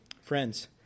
friends